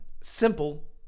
Simple